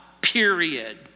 period